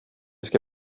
ska